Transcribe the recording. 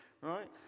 Right